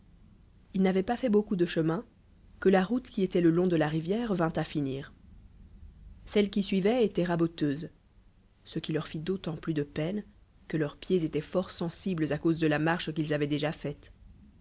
ils n'avoieot pas fait beallcoop de chemin que la route qui étoit le long de la rivière vint à finir telle qui suivoit étoit raboteuse çe qui leur fit d'antant plus de peine que leurs pieds étaient fort sensibles à cause de la marche qu'ils avaient déjà faite